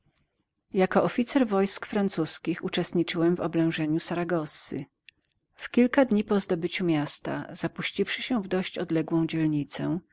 jako oficer wojsk francuskich uczestniczyłem w oblężeniu saragossy w kilka dni po zdobyciu miasta zapuściwszy się w dość odległą dzielnicę